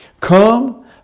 Come